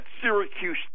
Syracuse